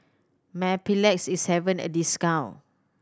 Mepilex is having a discount